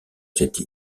cette